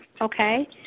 Okay